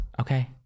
okay